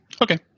Okay